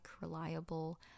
reliable